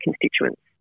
constituents